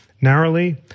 narrowly